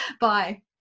Bye